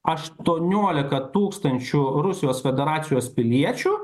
aštuoniolika tūkstančių rusijos federacijos piliečių